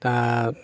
दा